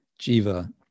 jiva